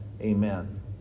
Amen